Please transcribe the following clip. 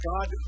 God